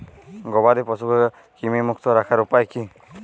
গবাদি পশুকে কৃমিমুক্ত রাখার উপায় কী?